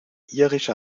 irische